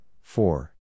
four